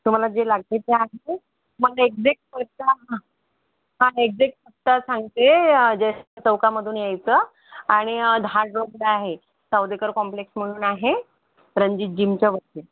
तुम्हाला जे लागतं आहे ते आहे मग एक्झॅक्ट पत्ता एक्झॅक्ट पत्ता सांगते जयसन चौकामधून यायचं आणि अ दहाड रोडला आहे सावदेकर कॉम्प्लेक्स म्हणून आहे रणजीत जीमच्या वरती